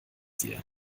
dir